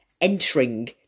entering